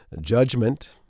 Judgment